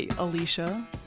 Alicia